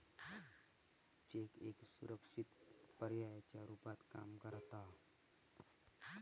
check एका सुरक्षित पर्यायाच्या रुपात काम करता